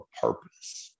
purpose